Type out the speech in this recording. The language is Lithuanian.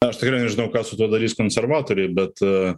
aš tikrai nežinau ką su tuo darys konservatoriai bet